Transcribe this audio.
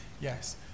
Yes